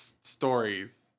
stories